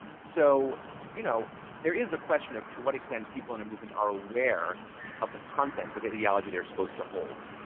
so you know there is a question of, to what extent people in a movement are aware of the content of the ideology they're supposed to hold.